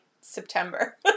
September